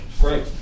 great